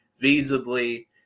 visibly